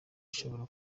ishobora